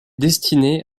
destinée